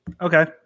Okay